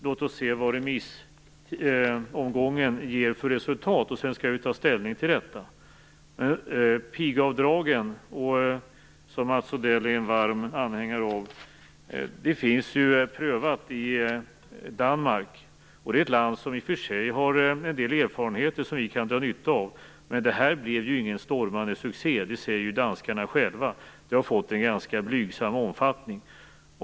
Låt oss se vad remissomgången ger för resultat. Sedan skall vi ta ställning till detta. Pigavdragen, som Mats Odell är en varm anhängare av, är ju prövade i Danmark. Det är ett land som i och för sig har en del erfarenheter som vi kan dra nytta av, men det här blev ingen stormande succé. Det säger ju danskarna själva. Det har fått en ganska blygsam omfattning.